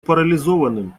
парализованным